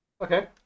Okay